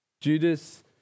Judas